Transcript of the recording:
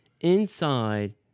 inside